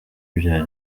bya